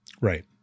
Right